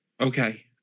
Okay